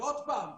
ועוד פעם,